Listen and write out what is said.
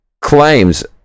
claims